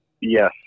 Yes